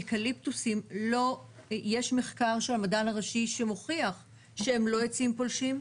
אקליפטוסים יש מחקר של המדען הראשי שמוכיח שהם לא עצים פולשים.